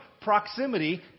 Proximity